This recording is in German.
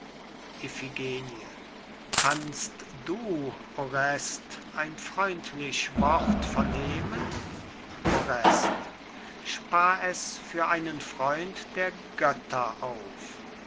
kannst du orest ein freundlich wort vernehmen orest spar es für einen freund der götter auf